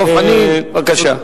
דב חנין, בבקשה.